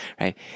right